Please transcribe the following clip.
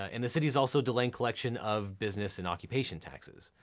ah and the city is also delaying collection of business and occupation taxes.